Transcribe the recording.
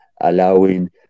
allowing